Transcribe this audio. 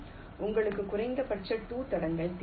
உங்களுக்கு குறைந்தபட்சம் 2 தடங்கள் தேவை